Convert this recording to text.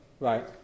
Right